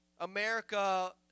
America